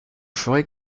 ferez